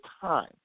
time